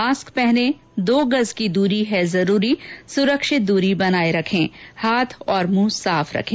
mask पहनें दो गज की दूरी है जरूरी सुरक्षित दूरी बनाए रखें हाथ और मुंह साफ रखें